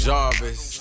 Jarvis